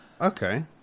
okay